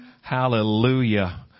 hallelujah